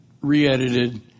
re-edited